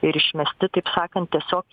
ir išmesti taip sakant tiesiog